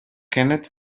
kenneth